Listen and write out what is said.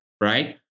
right